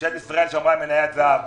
מדינת ישראל שווה מניית זהב.